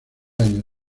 año